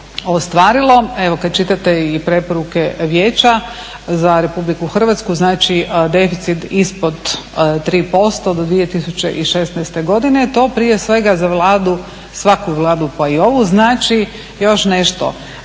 ostvarilo evo kad čitate i preporuke Vijeća za Republiku Hrvatsku, znači deficit ispod 3% 2016. godine. To prije svega za Vladu, svaku Vladu pa i ovu znači još nešto